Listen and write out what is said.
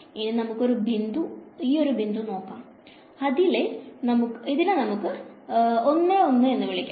ഇനി നമുക്ക് ഈ ഒരു ബിന്ദു നോക്കാം ഇതിലെ നമുക്ക് 11 എന്ന് വിളിക്കാം